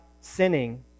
sinning